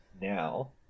now